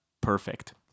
perfect